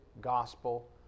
gospel